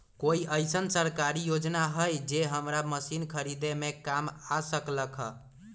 कोइ अईसन सरकारी योजना हई जे हमरा मशीन खरीदे में काम आ सकलक ह?